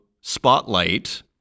spotlight